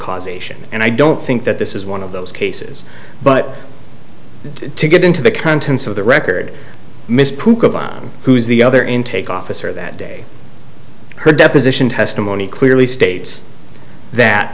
causation and i don't think that this is one of those cases but to get into the contents of the record miss pook of on who is the other intake officer that day her deposition testimony clearly states that